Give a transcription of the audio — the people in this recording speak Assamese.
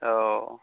অঁ